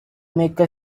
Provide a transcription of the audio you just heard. make